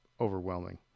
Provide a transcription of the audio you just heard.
overwhelming